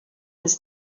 his